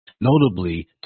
notably